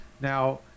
now